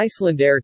Icelandair